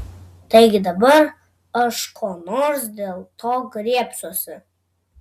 taigi dabar aš ko nors dėl to griebsiuosi